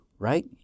right